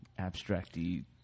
abstracty